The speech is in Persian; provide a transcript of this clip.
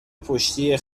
پشتی